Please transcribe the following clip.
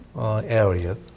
area